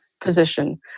position